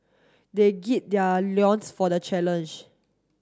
they their for the challenge